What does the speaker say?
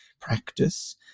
practice